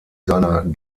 seiner